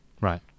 Right